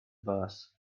boss